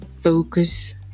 focus